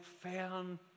found